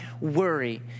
Worry